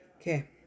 Okay